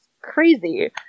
crazy